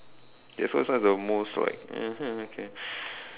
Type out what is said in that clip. ya first one is the most like (uh huh) K